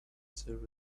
serve